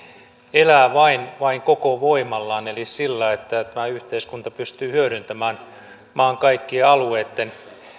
elää vain vain koko voimallaan eli sillä että tämä yhteiskunta pystyy hyödyntämään maan kaikkien alueitten